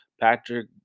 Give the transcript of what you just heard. Patrick